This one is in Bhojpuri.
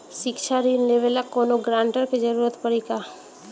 शिक्षा ऋण लेवेला कौनों गारंटर के जरुरत पड़ी का?